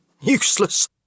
Useless